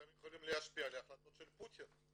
אתם יכולים להשפיע על ההחלטית של פוטין.